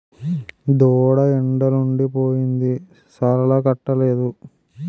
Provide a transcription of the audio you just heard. దూడ ఎండలుండి పోయింది సాలాలకట్టలేదు